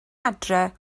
adre